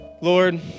Lord